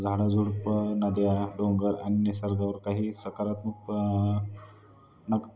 झाडं झुडपं नद्या डोंगर अन्य सर्व काही सकारात मक